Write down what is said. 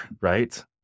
right